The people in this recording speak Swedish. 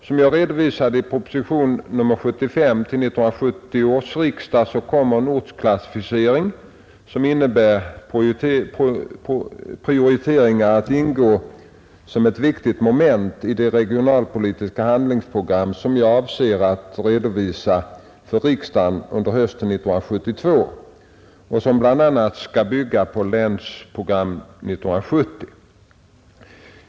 Som jag redovisade i propositionen 75 till 1970 års riksdag kommer en ortsklassificering som innebär prioriteringar att ingå som ett viktigt moment i det regionalpolitiska handlingsprogram som jag avser att redovisa för riksdagen under hösten 1972 och som bl.a. skall bygga på Länsprogram 1970.